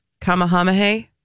Kamehameha